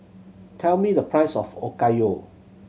tell me the price of Okayu